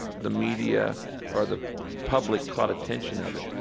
the media or the public caught attention of it.